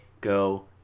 go